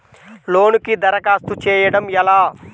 లోనుకి దరఖాస్తు చేయడము ఎలా?